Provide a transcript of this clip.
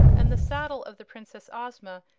and the saddle of the princess ozma,